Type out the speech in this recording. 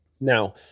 Now